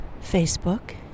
Facebook